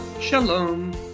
Shalom